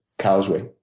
cow's whey.